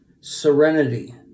serenity